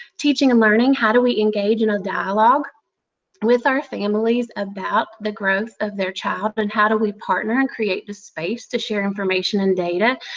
teaching and learning how to we engage in a dialogue with our families about the growth of their child, but and how do we partner and create the space to share information and data.